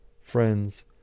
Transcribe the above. friends